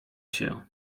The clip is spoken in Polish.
się